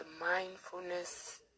mindfulness